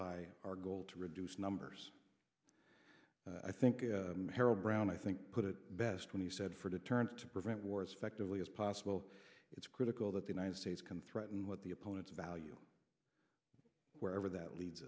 by our goal to reduce numbers i think harold brown i think put it best when he said for deterrence to prevent war effectively as possible it's critical that the united states can threaten what the opponents value wherever that leads